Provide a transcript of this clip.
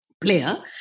player